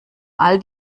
all